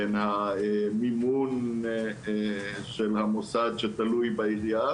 בין המימון של המוסד שתלוי בעירייה,